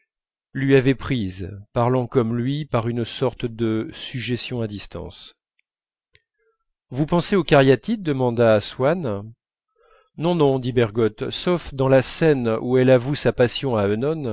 lui avaient prises parlant comme lui par une sorte de suggestion à distance vous pensez aux cariatides demanda swann non non dit bergotte sauf dans la scène où elle avoue sa passion à